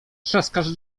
trzaskasz